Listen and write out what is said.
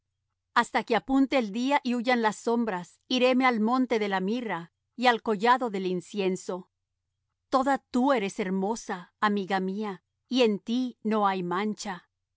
hasta que apunte el día y huyan las sombras iréme al monte de la mirra y al collado del incienso toda tú eres hermosa amiga mía y en ti no hay mancha